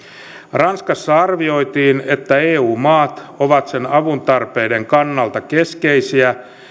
ranskassa arvioitiin että eu maat ovat sen avuntarpeiden kannalta keskeisiä